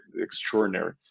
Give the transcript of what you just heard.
extraordinary